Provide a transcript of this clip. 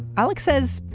alex says.